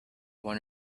one